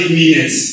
minutes